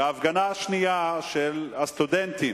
ההפגנה השנייה היא של הסטודנטים,